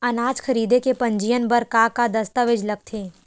अनाज खरीदे के पंजीयन बर का का दस्तावेज लगथे?